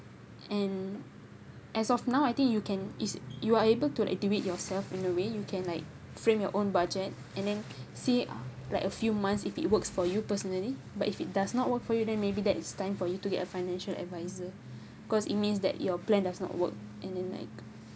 and as of now I think you can it's you are able to activate yourself in a way you can like frame your own budget and then see like a few months if it works for you personally but if it does not work for you then maybe that it's time for you to get a financial adviser cause it means that your plan does not work and then like